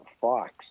Fox